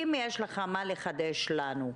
אם יש לך מה לחדש לנו,